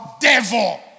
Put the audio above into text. devil